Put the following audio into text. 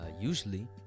Usually